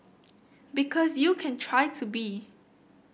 because you can try to be